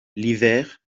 l’hiver